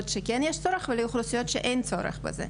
שכן יש צורך ולאוכלוסיות שאין צורך בזה.